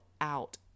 out